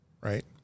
right